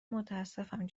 متاسفم